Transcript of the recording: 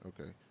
Okay